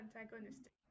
antagonistic